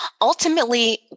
Ultimately